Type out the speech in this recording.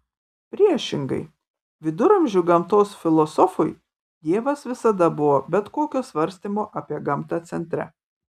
priešingai viduramžių gamtos filosofui dievas visada buvo bet kokio svarstymo apie gamtą centre